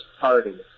party